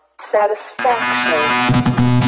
satisfaction